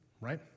Right